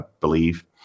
believe